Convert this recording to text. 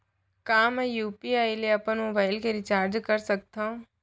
का मैं यू.पी.आई ले अपन मोबाइल के रिचार्ज कर सकथव?